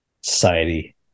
society